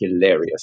hilarious